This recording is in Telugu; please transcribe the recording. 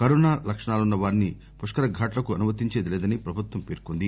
కరోనా లక్షణాలున్న వారిని పుష్కరఘాట్లకు అనుమతించేది లేదని ప్రభుత్వం పేర్కొంది